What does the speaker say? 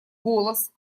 голос